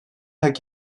hak